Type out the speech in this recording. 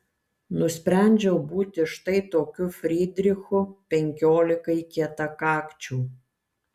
nusprendžiau būti štai tokiu frydrichu penkiolikai kietakakčių